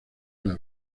una